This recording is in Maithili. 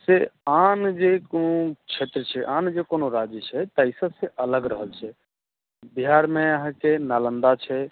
से आन जे कोनो क्षेत्र छै आन जे कोनो राज्य छै तऽ सब सय अलग रहल छै बिहार मे अहाँ के नालंदा छै